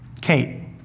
Kate